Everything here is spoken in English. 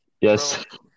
Yes